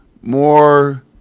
more